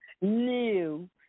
new